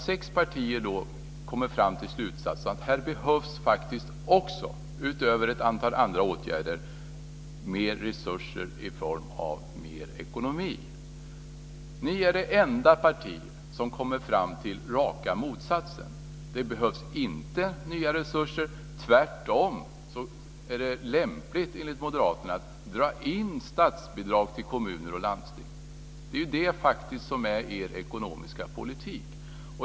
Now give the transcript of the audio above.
Sex partier kommer fram till slutsatsen att här behövs också, utöver ett antal andra åtgärder, mer ekonomiska resurser. Ni är det enda parti som kommer fram till raka motsatsen. Det behövs inte nya resurser. Tvärtom är det lämpligt enligt moderaterna att dra in statsbidrag till kommuner och landsting. Det är faktiskt det som är er ekonomiska politik.